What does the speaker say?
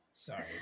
Sorry